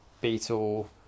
Beetle